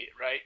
right